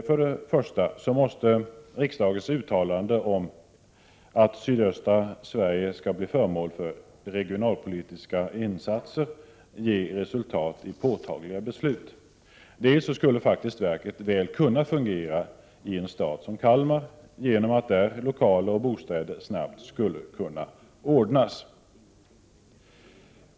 För det första måste riksdagens uttalande om att sydöstra Sverige skall bli föremål för regionalpolitiska insatser ge resultat i påtagliga beslut. För det andra skulle verket kunna fungera väl i en stad som Kalmar genom att lokaler och bostäder där snabbt skulle kunna ordnas.